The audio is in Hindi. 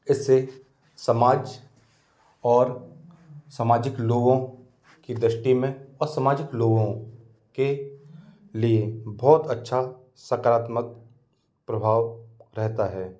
इससे समाज और समाजिक लोगों की दृष्टि में असमाजिक लोगों के लिए बहुत अच्छा सकारात्मक प्रभाव रहता है